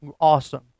awesome